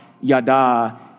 Yada